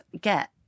get